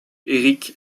erich